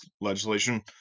legislation